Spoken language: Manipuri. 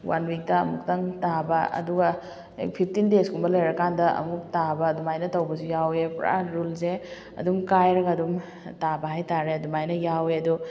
ꯋꯥꯟ ꯋꯤꯛꯇ ꯑꯃꯨꯛꯇꯪ ꯇꯥꯕ ꯑꯗꯨꯒ ꯐꯤꯐꯇꯤꯟ ꯗꯦꯖ ꯀꯨꯝꯕ ꯂꯩꯔ ꯀꯥꯟꯗ ꯑꯃꯨꯛ ꯇꯥꯕ ꯑꯗꯨꯃꯥꯏꯅ ꯇꯧꯕꯁꯨ ꯌꯥꯎꯋꯦ ꯄꯨꯔꯥ ꯔꯨꯜꯁꯦ ꯑꯗꯨꯝ ꯀꯥꯏꯔꯒ ꯑꯗꯨꯝ ꯇꯥꯕ ꯍꯥꯏꯇꯥꯔꯦ ꯑꯗꯨꯃꯥꯏꯅ ꯌꯥꯎꯋꯦ ꯑꯗꯣ